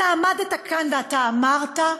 עמדת כאן ואמרת: